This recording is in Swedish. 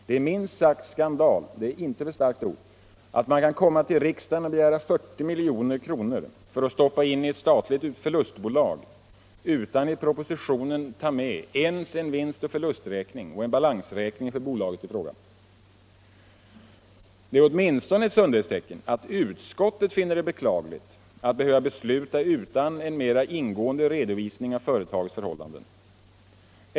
Det är minst sagt skandal — det är inte ett för starkt ord — att regeringen kan komma till riksdagen och begära 40 milj.kr. för att stoppa in i ett statligt förlustbolag utan att i propositionen ta med ens en vinst och förlusträkning och en balansräkning för bolaget i fråga. Det är åtminstone ett sundhetstecken att utskottet finner det beklagligt att behöva besluta utan en mera ingående redovisning av företagets förhållanden.